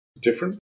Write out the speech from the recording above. different